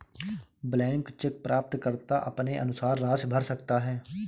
blank cheque प्राप्तकर्ता अपने अनुसार राशि भर सकता है